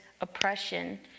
oppression